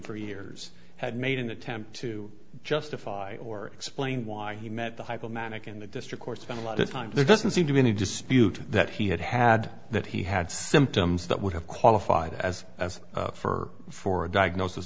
for years had made an attempt to justify or explain why he met the hypomanic in the district or spent a lot of time there doesn't seem to be any dispute that he had had that he had symptoms that would have qualified as as for for a diagnosis